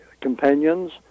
companions